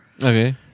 Okay